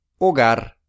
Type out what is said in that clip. Hogar